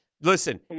Listen